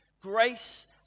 Grace